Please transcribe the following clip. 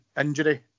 injury